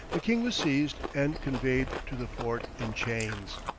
the king was seized, and conveyed to the fort in chains.